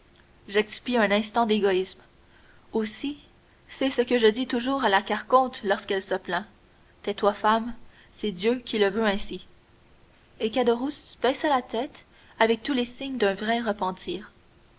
j'expie un instant d'égoïsme aussi c'est ce que je dis toujours à la carconte lorsqu'elle se plaint tais-toi femme c'est dieu qui le veut ainsi et caderousse baissa la tête avec tous les signes d'un vrai repentir